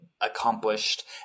accomplished